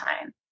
time